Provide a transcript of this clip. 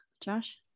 Josh